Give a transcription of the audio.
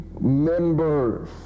members